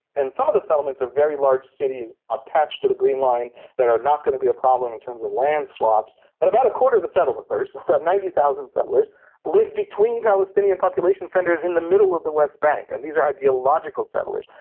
and some of the settlements are very large cities attached to the green line that are not going to be a problem in terms of land swaps, but about a quarter of the settlements, so about ninety thousand settlers live between palestinian population centres in the middle of the west bank, and these are ideological settlers.